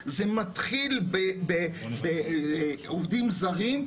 זה מתחיל בעובדים זרים,